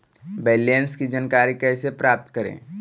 Balance की जानकारी कैसे प्राप्त करे?